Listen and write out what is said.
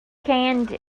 canned